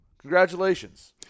congratulations